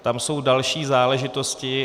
Tam jsou další záležitosti.